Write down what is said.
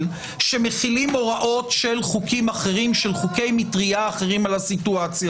שמכילים הוראות של חוקי מטרייה אחרים על המצב.